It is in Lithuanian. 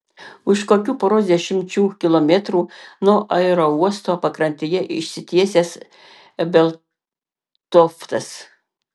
už kokių poros dešimčių kilometrų nuo aerouosto pakrantėje išsitiesęs ebeltoftas